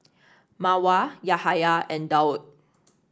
Mawar Yahaya and Daud